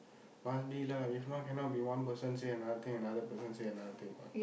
must be lah if not cannot be one person say another thing and another person say another thing what